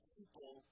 people